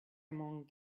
among